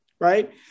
right